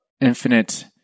infinite